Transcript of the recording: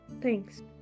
Thanks